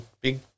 big